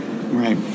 Right